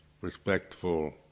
respectful